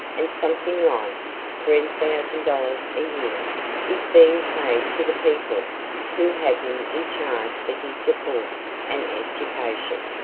and something like three thousand dollars a year is being paid to the people who have him in charge for his support and education.